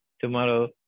Tomorrow